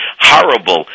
horrible